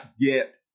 get